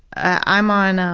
i'm on.